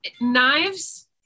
knives